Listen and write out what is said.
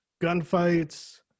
gunfights